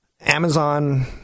Amazon